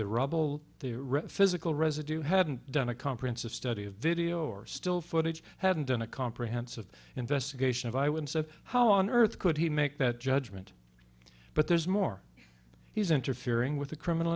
the rubble the physical residue hadn't done a comprehensive study of video or still footage hadn't done a comprehensive investigation of i would say how on earth could he make that judgment but there's more he's interfering with the criminal